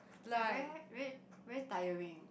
like very very very tiring